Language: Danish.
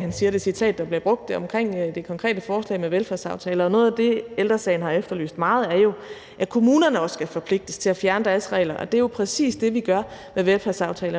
han siger i det citat, der bliver brugt, er jo ikke om regeringen; det er om det konkrete forslag om velfærdsaftaler. Noget af det, Ældre Sagen har efterlyst meget, er jo, at kommunerne også skal forpligtes til at fjerne deres regler, og det er jo præcis det, vi gør med velfærdsaftalerne.